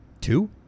two